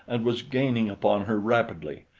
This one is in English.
and was gaining upon her rapidly.